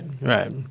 right